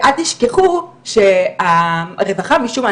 ואל תשכחו שהרווחה משום מה,